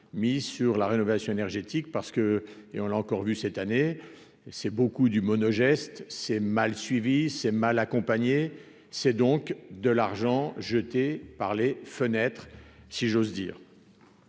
mis sur la rénovation énergétique parce que, et on l'a encore vu cette année, c'est beaucoup du mono geste c'est mal suivi c'est mal accompagnée, c'est donc de l'argent jeté par les fenêtre si j'ose dire.